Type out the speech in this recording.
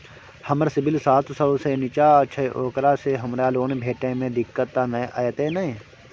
हमर सिबिल सात सौ से निचा छै ओकरा से हमरा लोन भेटय में दिक्कत त नय अयतै ने?